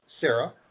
Sarah